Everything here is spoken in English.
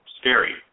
scary